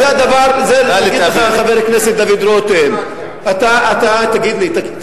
זה דבר, אגיד לך, חבר הכנסת דוד רותם, אתה תקשיב.